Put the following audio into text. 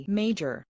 major